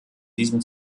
diesem